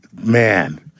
Man